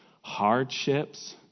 hardships